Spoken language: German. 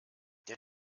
der